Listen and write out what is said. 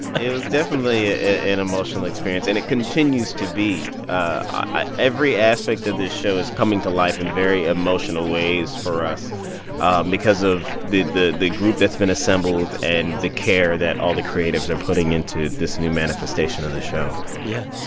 it was definitely ah an emotional experience, and it continues to be. ah every aspect of this show is coming to life in very emotional ways for us because of the the group that's been assembled, and the care that all the creatives are putting into this new manifestation of the show yeah.